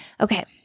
Okay